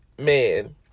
man